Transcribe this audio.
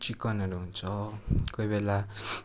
चिकनहरू हुन्छ कोही बेला